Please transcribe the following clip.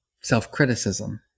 self-criticism